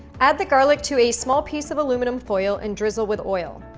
add the garlic to a small piece of aluminum foil and drizzle with oil.